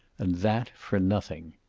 and that for nothing.